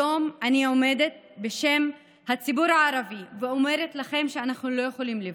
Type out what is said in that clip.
היום אני עומדת בשם הציבור הערבי ואומרת לכם שאנחנו לא יכולים לבד,